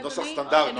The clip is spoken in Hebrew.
כן.